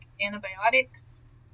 antibiotics